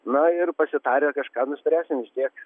na ir pasitarę kažką nuspręsim vis tiek